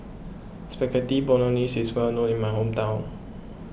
Spaghetti Bolognese is well known in my hometown